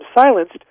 silenced